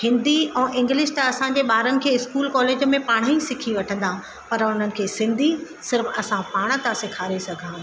हिंदी ऐं इंग्लिश त असांजे ॿारनि खे स्कूल कॉलेज में पाण ई सिखी वठंदा पर उन्हनि खे सिंधी सिर्फ असां पाण था सेखारे सघूं